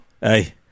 hey –